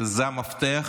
זה המפתח